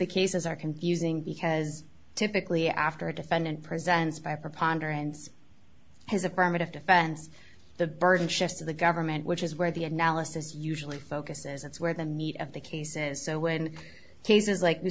the cases are confusing because typically after a defendant presents by preponderance his affirmative defense the burden shifts to the government which is where the analysis usually focuses that's where the meat of the case is so when cases like